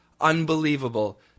unbelievable